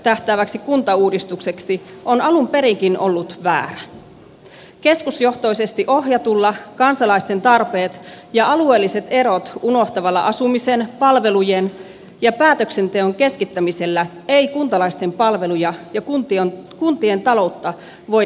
nähtäväksi kuntauudistukseksi on alunperinkin ollut vää keskusjohtoisesti ohjatulla kansalaisten tarpeet ja alueelliset erot kun mahtavalla asumiseen palvelujen ja päätöksenteon keskittämisellä ei kuntalaisten palveluja ja kuntien kuntien taloutta voi